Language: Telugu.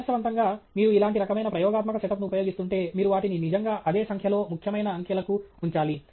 ఆదర్శవంతంగా మీరు ఇలాంటి రకమైన ప్రయోగాత్మక సెటప్ను ఉపయోగిస్తుంటే మీరు వాటిని నిజంగా అదే సంఖ్యలో ముఖ్యమైన అంకెలకు ఉంచాలి